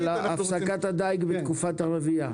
על הפסקת הדיג בתקופת הרבייה.